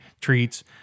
treats